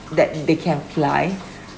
that they can fly